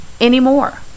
anymore